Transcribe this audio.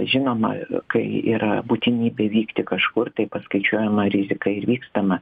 žinoma kai yra būtinybė vykti kažkur tai paskaičiuojama rizika ir vykstama